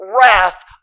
wrath